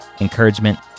encouragement